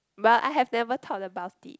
but I have never thought about it